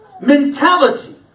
mentality